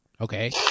Okay